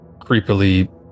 creepily